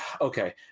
okay